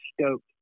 stoked